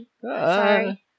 Sorry